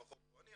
לפחות לא אני,